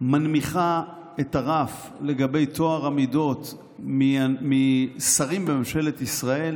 מנמיכה את הרף של טוהר המידות לגבי שרים בממשלת ישראל,